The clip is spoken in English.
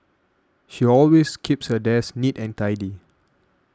she always keeps her desk neat and tidy